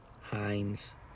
Heinz